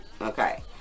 Okay